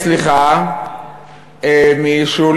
אני נורא מצטער, אדוני היושב-ראש, אני מבקש.